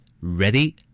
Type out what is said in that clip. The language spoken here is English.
Ready